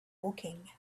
woking